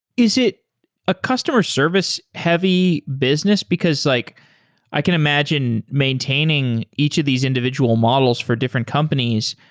is it a customer service heavy business? because like i can imagine maintaining each of these individual models for different companies,